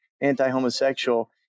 anti-homosexual